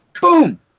Boom